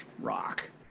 rock